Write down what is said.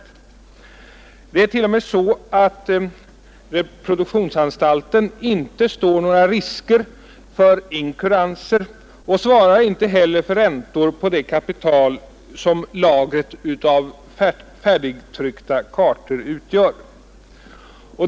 Det förhåller sig t.o.m. på det sättet att reproduktionsanstalten inte står några risker för inkuranser och inte heller svarar för räntor på det kapital som lagret av färdigtryckta kartor utgör.